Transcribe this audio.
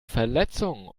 verletzung